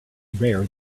rare